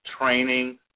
training